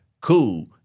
cool